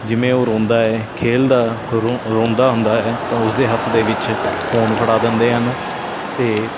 ਜਿਵੇਂ ਉਹ ਰੋਂਦਾ ਹੈ ਖੇਡਦਾ ਰੋ ਰੋਂਦਾ ਹੁੰਦਾ ਹੈ ਤਾਂ ਉਸ ਦੇ ਹੱਥ ਦੇ ਵਿੱਚ ਫੋਨ ਫੜਾ ਦਿੰਦੇ ਹਨ ਅਤੇ